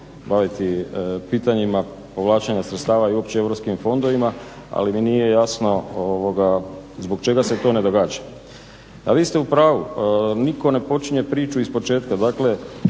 baviti pitanjima povlačenja sredstava i uopće o europskim fondovima ali mi nije jasno zbog čega se to ne događa. A vi ste u pravu. Nitko ne počinje priču ispočetka. Dakle,